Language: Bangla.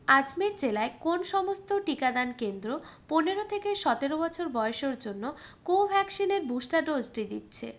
আজমের জেলায় কোন সমস্ত টিকাদান কেন্দ্র পনেরো থেকে সতেরো বছর বয়সের জন্য কোভ্যাক্সিনের বুস্টার ডোজটি দিচ্ছে